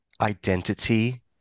identity